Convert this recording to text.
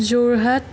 Jorhat